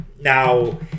Now